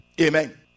Amen